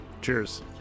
Cheers